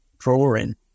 Drawing